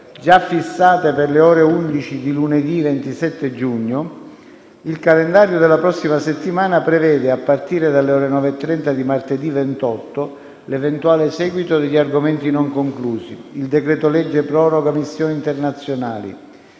già fissate per le ore 11 di lunedì 27 giugno, il calendario della prossima settimana prevede, a partire dalle 9,30 di martedì 28, l'eventuale seguito degli argomenti non conclusi; il decreto-legge proroga missioni internazionali;